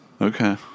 Okay